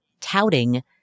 touting